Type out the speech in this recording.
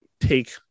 take